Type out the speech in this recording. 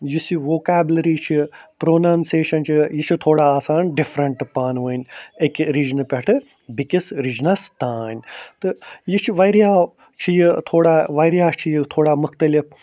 یُس یہِ ووکیبلٔری چھِ پرٛونَنسیشَن چھِ یہِ چھِ تھوڑا آسان ڈِفرنٛٹ پانؤنۍ اکہِ رِجنہٕ پٮ۪ٹھٕ بیٚکِس رِجنس تام تہٕ یہِ چھِ وارِیاہو چھِ یہِ تھوڑا وارِیاہ چھِ یہِ تھوڑا مختلِف